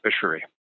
fishery